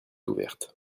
ouverte